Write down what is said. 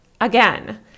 again